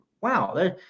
wow